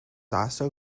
also